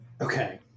Okay